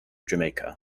jamaica